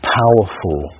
powerful